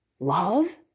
love